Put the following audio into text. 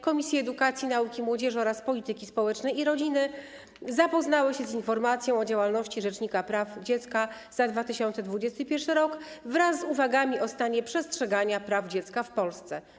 Komisje: Edukacji, Nauki i Młodzieży oraz Polityki Społecznej i Rodziny zapoznały się z informacją o działalności rzecznika praw dziecka za 2021 r. wraz z uwagami o stanie przestrzegania praw dziecka w Polsce.